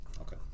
Okay